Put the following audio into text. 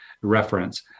reference